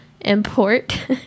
import